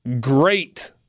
great